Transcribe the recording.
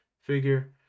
figure